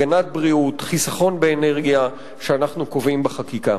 הגנת הבריאות וחיסכון באנרגיה שאנחנו קובעים בחקיקה.